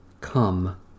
Come